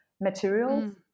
materials